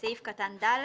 סעיף קטן (ד)